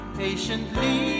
patiently